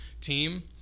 team